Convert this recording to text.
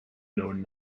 known